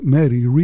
Mary